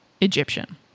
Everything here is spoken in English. Egyptian